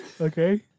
okay